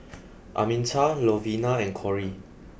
Arminta Lovina and Kori